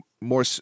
more